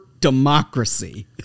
democracy